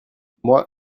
moi